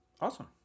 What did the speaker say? Awesome